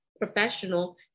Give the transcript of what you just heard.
professional